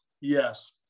yes